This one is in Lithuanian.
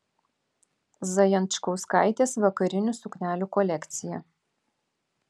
zajančkauskaitės vakarinių suknelių kolekcija